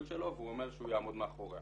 שלו והוא אומר שהוא יעמוד מאחוריה.